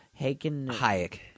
Hayek